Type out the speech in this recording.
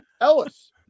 Ellis